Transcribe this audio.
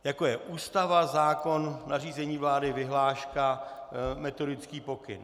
Jako je Ústava zákon nařízení vlády vyhláška metodický pokyn.